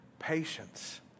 Patience